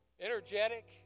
energetic